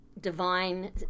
divine